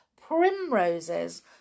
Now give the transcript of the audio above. primroses